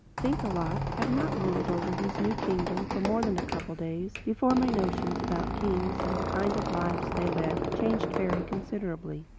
thinkalot had not ruled over his new kingdom for more than a couple of days before my notions about kings and the kind of lives they led changed very considerably.